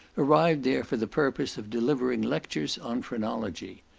arrived there for the purpose of delivering lectures on phrenology.